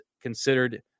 considered